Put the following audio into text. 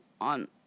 on